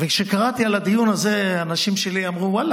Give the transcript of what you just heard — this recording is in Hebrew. וכשקראתי על הדיון הזה האנשים שלי אמרו: ואללה,